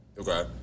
Okay